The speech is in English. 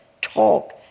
Talk